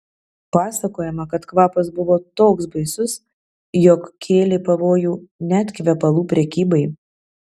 pasakojama kad kvapas buvo toks baisus jog kėlė pavojų net kvepalų prekybai